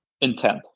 intent